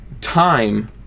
time